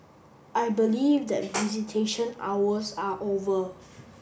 I believe that visitation hours are over